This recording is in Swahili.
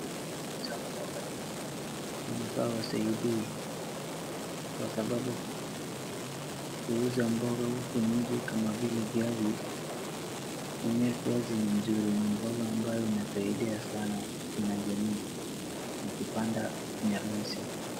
Inafaa wasaidie kwa sababu kuuza mboga huko nje kama vile viazi, enyewe viazi ni mzuri, ni mboga ambaye inasaidia sana katika jamii na kupanda ni rahisi.